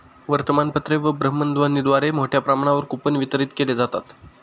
वर्तमानपत्रे व भ्रमणध्वनीद्वारे मोठ्या प्रमाणावर कूपन वितरित केले जातात